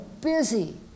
busy